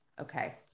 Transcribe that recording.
Okay